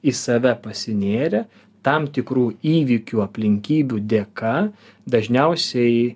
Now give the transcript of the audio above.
į save pasinėrę tam tikrų įvykių aplinkybių dėka dažniausiai